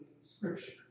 Scripture